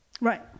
Right